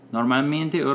Normalmente